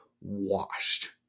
washed